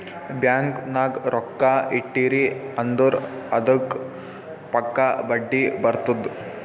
bank ನಾಗ್ ರೊಕ್ಕಾ ಇಟ್ಟಿರಿ ಅಂದುರ್ ಅದ್ದುಕ್ ಪಕ್ಕಾ ಬಡ್ಡಿ ಬರ್ತುದ್